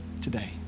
today